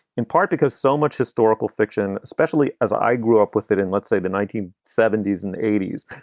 in part because so much historical fiction, especially as i grew up with it and let's say the nineteen seventies and eighties,